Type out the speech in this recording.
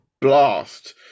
blast